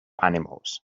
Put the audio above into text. animals